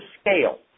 scale